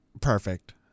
perfect